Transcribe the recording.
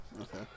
Okay